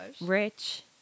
rich